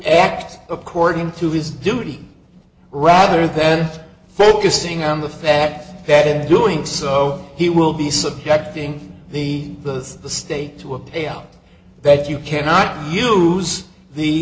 act according to his duty rather than focusing on the fact that in doing so he will be subjecting the those the state to a payout that you cannot use the